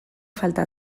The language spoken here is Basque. falta